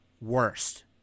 Worst